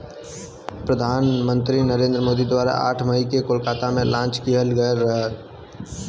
प्रधान मंत्री नरेंद्र मोदी द्वारा आठ मई के कोलकाता में लॉन्च किहल गयल रहल